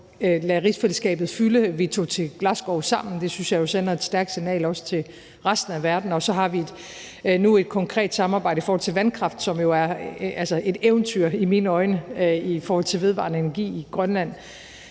lade rigsfællesskabet fylde. Vi tog til Glasgow sammen – det synes jeg jo sender et stærkt signal, også til resten af verden. Og så har vi nu et konkret samarbejde i forhold til vandkraft, som jo altså er et eventyr i mine øjne i forhold til vedvarende energi i Grønland.